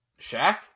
Shaq